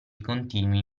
continui